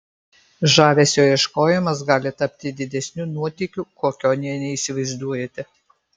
žavesio ieškojimas gali tapti didesniu nuotykiu kokio nė neįsivaizduojate